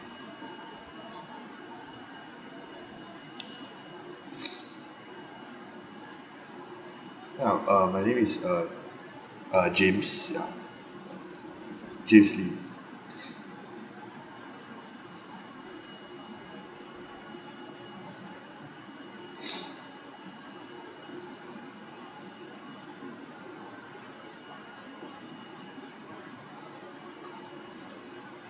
ya um my name is uh uh james ya james lee